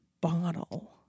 bottle